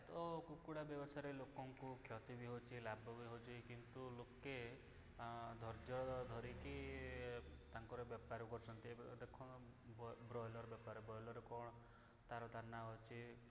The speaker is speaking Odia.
ପ୍ରାୟତଃ କୁକୁଡ଼ା ବ୍ୟବସାୟରେ ଲୋକଙ୍କୁ କ୍ଷତି ବି ହେଉଛି ଲାଭ ବି ହେଉଛି କିନ୍ତୁ ଲୋକେ ଧେର୍ଯ୍ୟ ଧରିକି ତାଙ୍କର ବେପାର କରୁଛନ୍ତି ବ୍ରଏଲର୍ ବେପାର ବ୍ରଏଲର୍ କ'ଣ ତା'ର ଦାନା ଅଛି